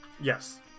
Yes